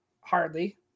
hardly